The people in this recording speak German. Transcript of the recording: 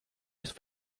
ist